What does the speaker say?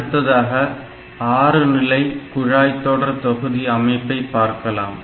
அடுத்ததாக 6 நிலை குழாய்தொடர்தொகுதி அமைப்பை பார்க்கலாம்